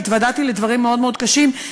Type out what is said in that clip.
והתוודעתי לדברים מאוד מאוד קשים.